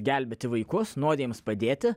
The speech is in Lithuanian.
gelbėti vaikus nori jiems padėti